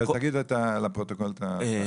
תגיד לפרוטוקול את שמך.